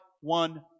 one